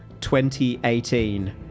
2018